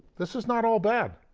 this is not all bad.